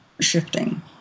shifting